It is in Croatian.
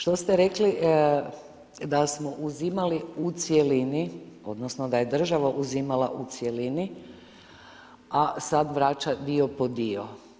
Što ste rekli da smo uzimali u cjelini, odnosno da je država uzimala u cjelini, a sad vrača dio po dio.